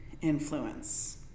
influence